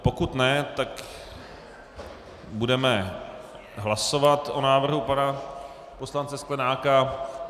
Pokud ne, tak budeme hlasovat o návrhu pana poslance Sklenáka.